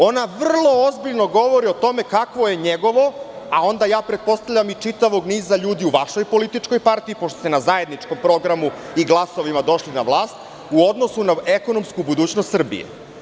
Ona vrlo ozbiljno govori o tome kakvo je njegovo, a onda ja pretpostavljam i čitavog niza ljudi u vašoj političkoj partiji, pošto ste nazajedničkom programu i glasovima došli na vlast, u odnosu na ekonomsku budućnost Srbije.